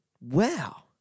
Wow